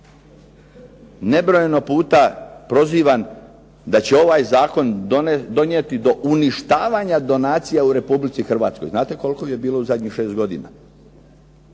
nebrojeno puta prozivan da će ovaj zakon donijeti do uništavanja donacija u Republici Hrvatskoj. Znate koliko ih je bilo u zadnjih šest godina?